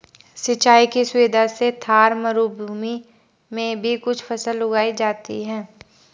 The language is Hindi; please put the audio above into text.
सिंचाई की सुविधा से थार मरूभूमि में भी कुछ फसल उगाई जाती हैं